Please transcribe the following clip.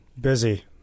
Busy